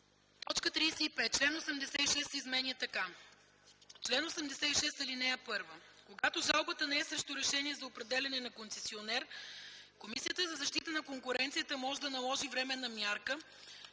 35. Член 86 се изменя така: „Чл. 86. (1) Когато жалбата не е срещу решение за определяне на концесионер, Комисията за защита на конкуренцията може да наложи временна мярка